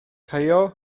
caio